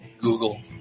Google